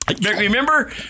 Remember